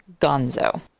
Gonzo